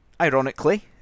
ironically